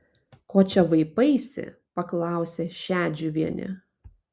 ko čia vaipaisi paklausė šedžiuvienė